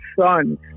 sons